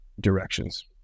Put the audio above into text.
directions